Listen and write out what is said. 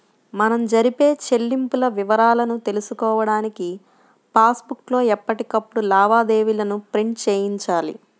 మనం జరిపే చెల్లింపుల వివరాలను తెలుసుకోడానికి పాస్ బుక్ లో ఎప్పటికప్పుడు లావాదేవీలను ప్రింట్ చేయించాలి